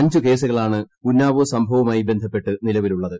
അഞ്ച് കേസുകളാണ് ഉന്നാവോ സംഭവവുമായി ബന്ധപ്പെട്ട് നിലവിലുള്ളത്